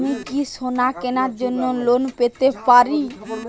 আমি কি সোনা কেনার জন্য লোন পেতে পারি?